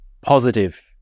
positive